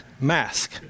mask